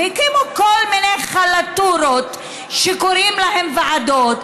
והקימו כל מיני חלטורות שקוראים להן ועדות.